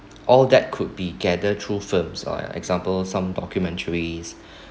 all that could be gather through films or an example some documentaries